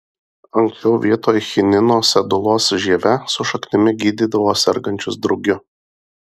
anksčiau vietoj chinino sedulos žieve su šaknimi gydydavo sergančius drugiu